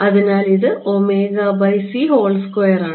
അതിനാൽ ഇത് ആണ്